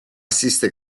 assiste